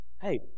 hey